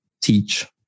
teach